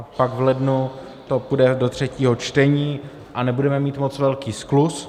Pak v lednu to půjde do třetího čtení a nebudeme mít moc velký skluz.